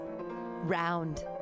Round